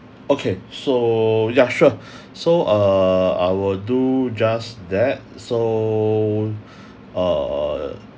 okay so yeah sure so err I will do just that so err